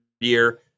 year